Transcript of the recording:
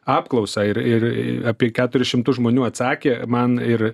apklausą ir ir apie keturis šimtus žmonių atsakė man ir